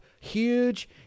huge